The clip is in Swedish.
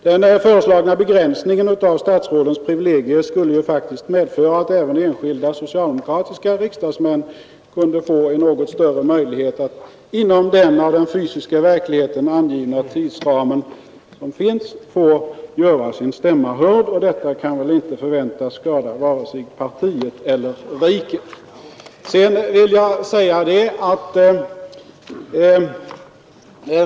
Den föreslagna begränsningen av statsrådens privilegier skulle ju faktiskt medföra att även enskilda socialdemokratiska riksdagsmän kunde få en något större möjlighet att inom den av den fysiska verkligheten angivna tidsramen göra sina stämmor hörda. Detta kan väl inte förväntas skada vare sig partiet eller riket.